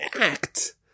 act